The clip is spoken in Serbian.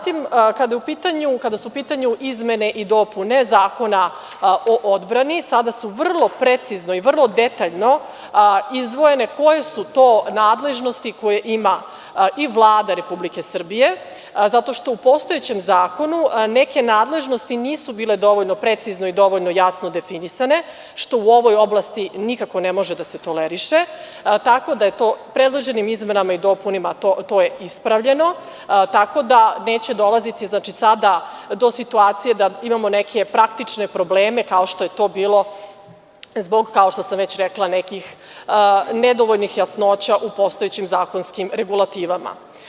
Kada su u pitanju izmene i dopune Zakona o odbrani, sada su vrlo precizno i vrlo detaljno izdvojene koje su to nadležnosti koje ima i Vlada Republike Srbije zato što u postojećem zakonu neke nadležnosti nisu bile dovoljno precizno i dovoljno jasno definisane, što u ovoj oblasti nikako ne može da se toleriše, tako da je to predloženim izmenama i dopunama to ispravljeno, tako da neće sada dolaziti do situacije da imamo neke praktične probleme kao što je to bilo zbog, kao što sam već rekla, nekih nedovoljnih jasnoća u postojećim zakonskim regulativama.